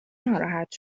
ناراحت